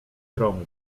trąb